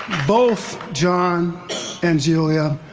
both john and julia